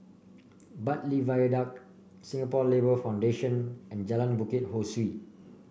Bbartley Viaduct Singapore Labour Foundation and Jalan Bukit Ho Swee